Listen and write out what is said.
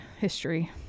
History